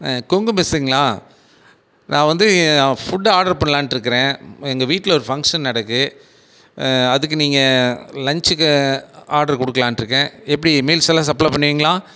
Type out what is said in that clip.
கொங்கு மெஸ்ஸுங்களா நான் வந்து ஃபுட் ஆர்ட்ரு பண்ணலான்ட்டு இருக்கிறேன் எங்கள் வீட்டில் ஒரு ஃபங்க்ஷன் நடக்குது அதுக்கு நீங்கள் லஞ்சுக்கு ஆர்ட்ரு கொடுக்குலான்ட்டு இருக்கேன் எப்படி மீல்ஸ் எல்லாம் சப்ளே பண்ணுவிங்களா